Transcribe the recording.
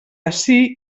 ací